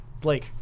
Blake